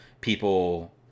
people